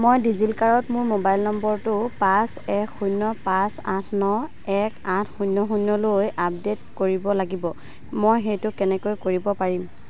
মই ডিজিলকাৰত মোৰ মোবাইল নম্বৰটো পাঁচ এক শূন্য পাঁচ আঠ ন এক আঠ শূন্য শূন্যলৈ আপডে'ট কৰিব লাগিব মই সেইটো কেনেকৈ কৰিব পাৰিম